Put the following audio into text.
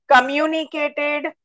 Communicated